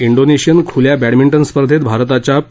Indonesian खूल्या badminton स्पर्धेत भारताच्या पी